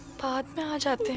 pot got